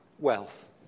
wealth